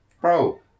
Bro